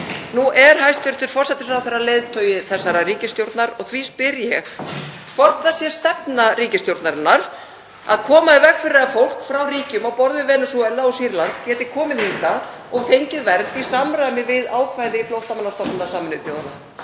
Nú er hæstv. forsætisráðherra leiðtogi þessarar ríkisstjórnar og því spyr ég hvort það sé stefna ríkisstjórnarinnar að koma í veg fyrir að fólk frá ríkjum á borð við Venesúela og Sýrland geti komið hingað og fengið vernd í samræmi við ákvæði Flóttamannastofnunar Sameinuðu þjóðanna.